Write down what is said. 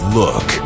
look